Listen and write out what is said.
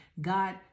God